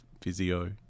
physio